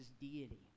deity